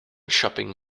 shopping